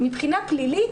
מבחינה פלילית,